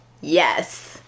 Yes